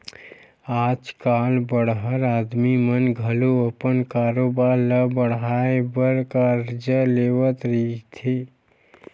आज कल बड़हर आदमी मन घलो अपन कारोबार ल बड़हाय बर करजा लेवत रहिथे